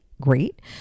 Great